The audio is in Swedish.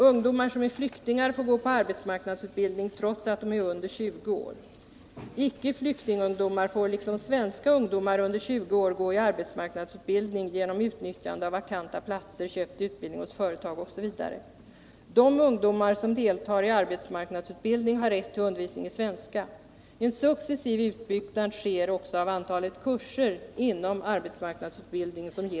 Ungdomar som är flyktingar får gå på arbetsmarknadsutbildning trots att de är under 20 år. Icke flyktingungdomar får liksom svenska ungdomar under 20 år gå i arbetsmarknadsutbildning genom utnyttjande av vakanta platser, köpt utbildning hos företag osv. De ungdomar som deltar i arbetsmarknadsutbildning har rätt till undervisning i svenska. En successiv utbyggnad sker också av antalet kurser på främmande språk inom arbetsmarknadsutbildningen.